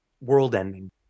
world-ending